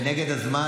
כנגד הזמן,